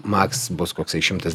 maks bus koksai šimtas